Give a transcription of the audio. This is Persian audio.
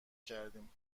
کردیم